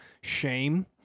shame